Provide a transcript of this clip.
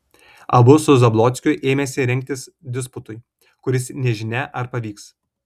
abu su zablockiu ėmėsi rengtis disputui kuris nežinia ar pavyks